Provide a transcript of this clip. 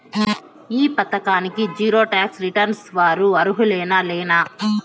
ఈ పథకానికి zero tax returns వారు అర్హులేనా లేనా?